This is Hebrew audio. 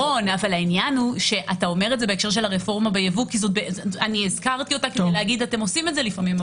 אני הזכרתי את הרפורמה של הייבוא כדי להגיד שאתם עושים אותה לפעמים.